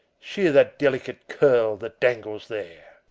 shear that delicate curl that dangles there.